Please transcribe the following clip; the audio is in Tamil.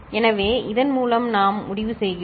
எனவே இதன் மூலம் நாம் முடிவு செய்கிறோம்